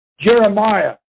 Jeremiah